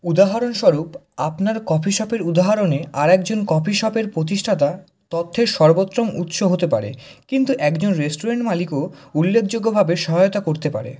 উদাহরণস্বরূপ আপনার কফি শপের উদাহারণে আরেকজন কফি শপের পতিষ্ঠাতা তথ্যের সর্বোত্তম উৎস হতে পারে কিন্তু একজন রেস্টুরেন্ট মালিকও উল্লেকযোগ্যভাবে সহায়তা করতে পারে